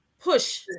push